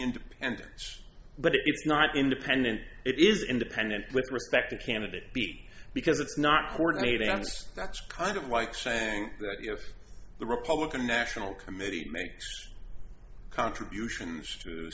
independence but it's not independent it is independent with respect to candidate b because it's not coordinating and that's kind of like saying that if the republican national committee makes contributions to